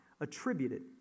attributed